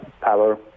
power